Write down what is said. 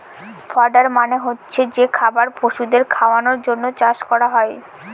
fodder মানে হচ্ছে যে খাবার পশুদের খাওয়ানোর জন্য চাষ করা হয়